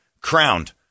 crowned